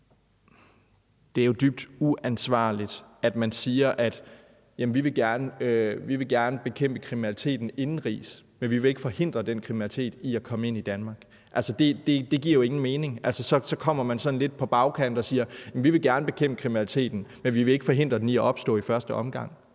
Det er jo dybt uansvarligt, at man siger, at man gerne vil bekæmpe kriminaliteten indenrigs, men man vil ikke forhindre den kriminalitet i at komme ind i Danmark. Det giver jo ingen mening. Altså, så kommer man sådan lidt på bagkant og siger: Vi vil gerne forhindre kriminaliteten, men vi vil ikke forhindre den i at opstå i første omgang.